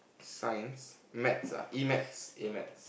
Science maths ah E-maths A-maths